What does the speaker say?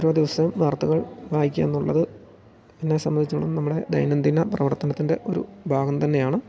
ഓരോ ദിവസവും വാർത്തകൾ വായിക്കുക എന്നുള്ളത് എന്നെ സംബന്ധിച്ചിടത്തോളം നമ്മുടെ ദൈനംദിന പ്രവർത്തനത്തിൻ്റെ ഒരു ഭാഗം തന്നെയാണ്